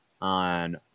on